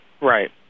Right